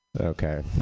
Okay